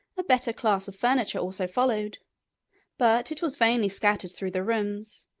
a better class of furniture also followed but it was very thinly scattered through the rooms,